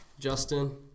Justin